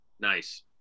nice